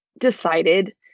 Decided